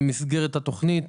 במסגרת התוכנית